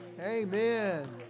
Amen